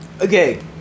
Okay